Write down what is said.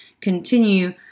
continue